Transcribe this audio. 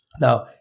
Now